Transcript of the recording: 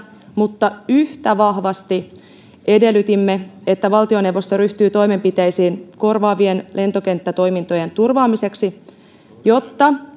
mutta yhtä vahvasti edellytimme että valtioneuvosto ryhtyy toimenpiteisiin korvaavien lentokenttätoimintojen turvaamiseksi jotta